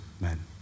men